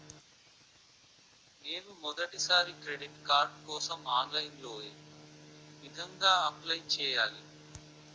నేను మొదటిసారి credit card కోసం ఆన్లైన్ లో ఏ విధంగా అప్లై చేయాలి?